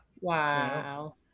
Wow